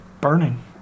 burning